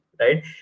right